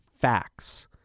facts